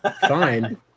fine